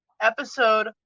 episode